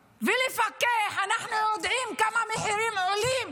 ולפקח, אנחנו יודעים כמה המחירים עולים,